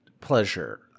pleasure